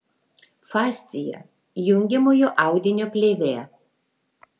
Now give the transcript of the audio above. fascija jungiamojo audinio plėvė